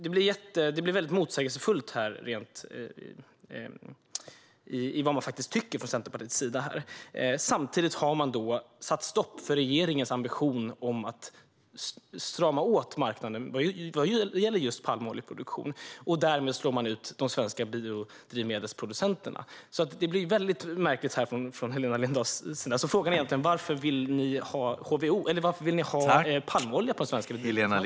Det blir därför motsägelsefullt och svårt att veta vad Centerpartiet tycker. Det andra är att man har satt stopp för regeringens ambition att strama åt marknaden vad gäller just palmoljeproduktion och därmed slår ut de svenska biodrivmedelsproducenterna. Det Helena Lindahl säger blir alltså väldigt märkligt, och frågan är egentligen: Varför vill ni ha palmolja på den svenska biodrivmedelsmarknaden?